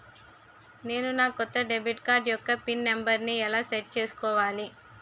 నేను నా కొత్త డెబిట్ కార్డ్ యెక్క పిన్ నెంబర్ని ఎలా సెట్ చేసుకోవాలి?